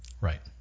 Right